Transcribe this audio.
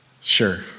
Sure